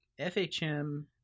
FHM